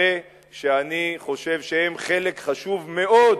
הרי שאני חושב שהם חלק חשוב מאוד